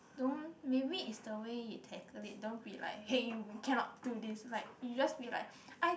don't maybe it's the way it take a little bit like hey you cannot do like you just be like I